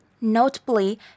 Notably